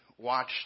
watch